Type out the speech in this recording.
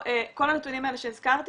כל הנתונים האלה שהזכרתי,